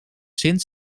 sint